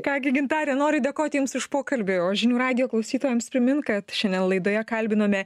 ką gi gintare noriu dėkoti jums už pokalbį o žinių radijo klausytojams primint kad šiandien laidoje kalbiname